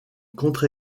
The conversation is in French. contre